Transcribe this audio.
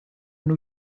new